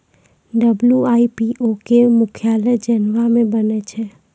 WIPO के मुख्यालय Geneva मे बनैने छै